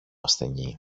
ασθενή